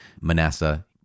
Manasseh